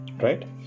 right